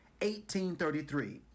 1833